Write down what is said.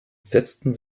setzten